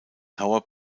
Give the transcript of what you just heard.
tower